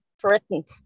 Threatened